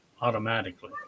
automatically